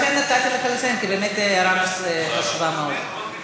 לכן נתתי לך לסיים, כי באמת ההערה חשובה מאוד.